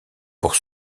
pour